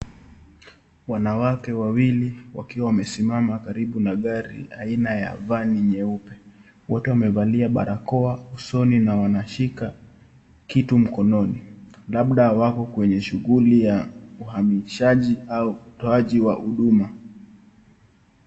Wanawake wawili wakiwa wamesimama karibu na gari aina ya Vani nyeupe. Wote wamevalia barakoa usoni na wanashika kitu mkononi. Labda wako kwenye shughuli ya uhamishaji au utoaji huduma.